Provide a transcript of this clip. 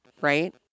Right